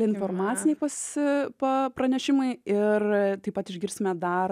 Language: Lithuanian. informaciniai pas pa pranešimai ir taip pat išgirsime dar